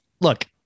look